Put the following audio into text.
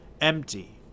Empty